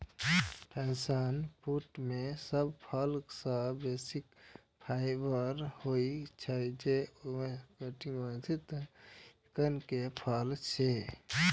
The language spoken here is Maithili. पैशन फ्रूट मे सब फल सं बेसी फाइबर होइ छै, जे उष्णकटिबंधीय अमेरिका के फल छियै